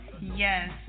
Yes